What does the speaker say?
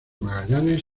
magallanes